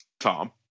Tom